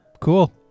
cool